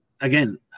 again